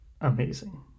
amazing